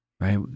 right